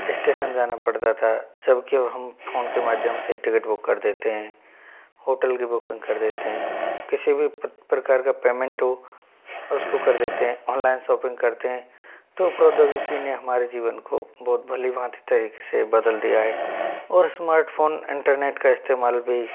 station जाना पड़ता था जबकि अब हम फोन के माध्यम से टिकिट बुक कर देते हैं होटल की बुकिंग कर देते हैं किसी भी प्रकार का पेमेंट हो उसको कर देते हैं ऑनलाइन शॉपिंग करते हैं तो प्रोद्योगिकी ने हमारे जीवन को बहुत भली भांति तरीके से बदल दिया है और स्मार्टफोन इंटरनेट का इस्तेमाल भी